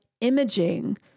imaging